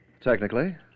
Technically